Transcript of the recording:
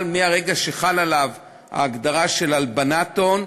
אבל, מהרגע שחלה עליו ההגדרה של הלבנת הון,